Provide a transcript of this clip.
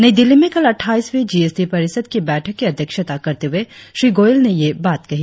नई दिल्ली में कल अट्ठाईसवीं जीएसटी परिषद की बैठक की अध्यक्षता करते हुए श्री गोयल ने ये बाट कही